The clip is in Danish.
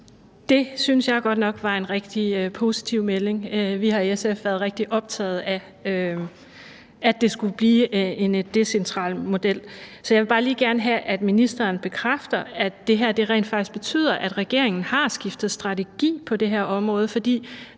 Det synes jeg godt nok var en rigtig positiv melding. Vi har i SF været rigtig optaget af, at det skulle blive en decentral model. Så jeg vil bare gerne lige have, at ministeren bekræfter, at det her rent faktisk betyder, at regeringen har skiftet strategi på det her område. For